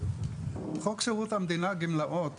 חוק שירות המדינה גמלאות